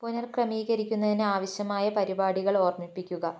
പുനഃക്രമീകരിക്കുന്നതിന് ആവശ്യമായ പരിപാടികൾ ഓർമ്മിപ്പിക്കുക